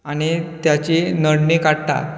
आनी ताची नडणी काडटात